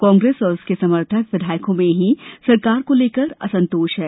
कांग्रेस व उसके समर्थक विधायकों में ही सरकार को लेकर असंतोष है